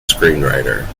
screenwriter